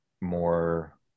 more